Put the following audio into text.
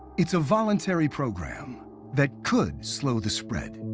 it's a voluntary program that could slow the spread.